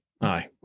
Aye